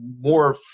more